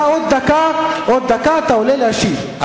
אתה עוד דקה עולה להשיב,